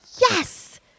Yes